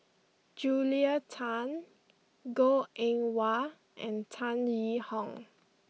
Julia Tan Goh Eng Wah and Tan Yee Hong